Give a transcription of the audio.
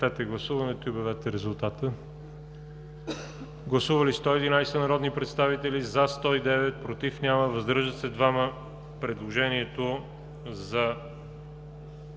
Гласували 119 народни представители: за 114, против няма, въздържали се 5. Предложението е